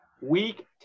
week